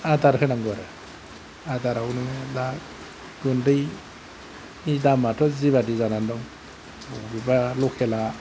आदार होनांगौ आरो आदारआव नोङो दा गुन्दैनि दामआथ' जिबादि जानानै दं बबेबा लकेल आ